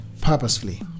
purposefully